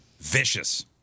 Vicious